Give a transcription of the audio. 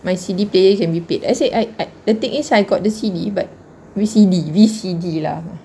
my C_D player can be played I said I I the thing is I got the C_D but V_C_D V_C_D lah